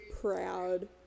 proud